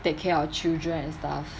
take care of children and stuff